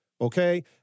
Okay